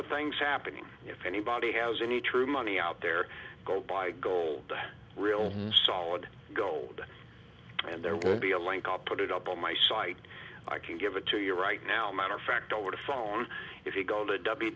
of things happening if anybody has any true money out there go buy gold real solid gold and there will be a link i'll put it up on my site i can give it to you right now matter of fact over the phone if you go to